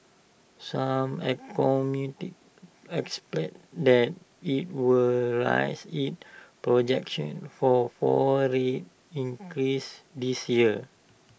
some economists expect that IT will rise its projection for four rate increases this year